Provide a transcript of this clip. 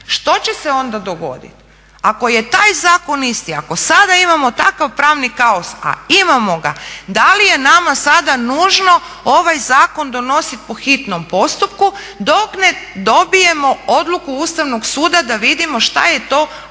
Što će se onda dogoditi ako je taj zakon isti, ako sada imamo takav pravni kaos, a imamo ga, da li je nama sada nužno ovaj zakon donositi po hitnom postupku dok ne dobijemo odluku Ustavnog suda da vidimo šta je to, ako